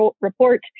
report